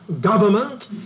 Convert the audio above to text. government